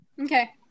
Okay